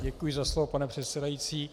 Děkuji za slovo, pane předsedající.